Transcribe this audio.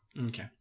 Okay